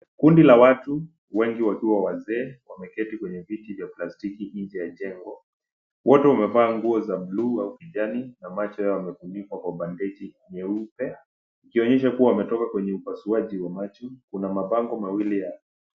Kundi la watu, wengi wakiwa wazee, wameketi kwenye viti vya plastiki nje ya jengo. Wote wamevaa nguo za bluu au kijani na macho yao yamefunikwa kwa bandeji nyeupe, ikionyesha kuwa wametoka kwenye upasuaji wa macho. Kuna mabango mawili.